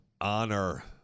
honor